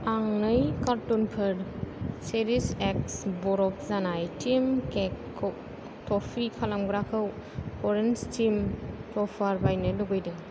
आं नै कारटुनफोर चेरिश एक्स बरफ जानाय थिम केकखौ टपि खालामग्राखौ परेइस टीम टपार बायनो लुबैदों